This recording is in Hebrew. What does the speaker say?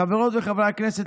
חברות וחברי הכנסת,